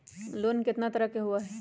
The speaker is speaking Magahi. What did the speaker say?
लोन केतना तरह के होअ हई?